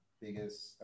biggest